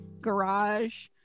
garage